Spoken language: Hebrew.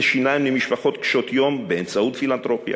שיניים למשפחות קשות יום באמצעות פילנתרופיה,